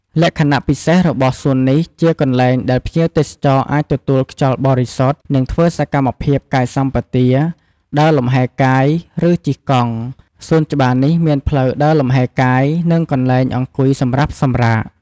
លក្ខណៈពិសេសរបស់់សួននេះជាកន្លែងដែលភ្ញៀវទេសចរអាចទទួលខ្យល់បរិសុទ្ធ និងធ្វើសកម្មភាពកាយសម្បទា ដើរលំហែកាយ ឬជិះកង់ សួនច្បារនេះមានផ្លូវដើរលំហែកាយ និង កន្លែងអង្គុយសម្រាប់សម្រាក។